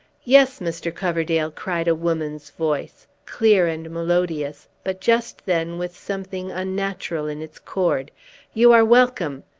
yes, mr. coverdale, cried a woman's voice clear and melodious, but, just then, with something unnatural in its chord you are welcome!